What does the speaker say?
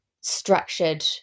structured